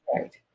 Right